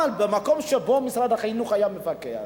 אבל במקום שבו משרד החינוך היה מפקח,